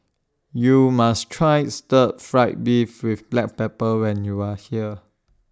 YOU must Try Stir Fried Beef with Black Pepper when YOU Are here